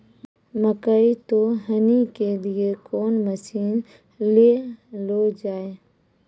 मकई तो हनी के लिए कौन मसीन ले लो जाए?